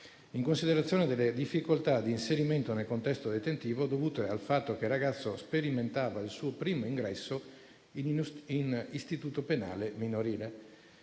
in considerazione delle difficoltà di inserimento nel contesto detentivo, dovute al fatto che il ragazzo sperimentava il suo primo ingresso in un istituto penale minorile.